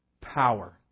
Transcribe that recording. power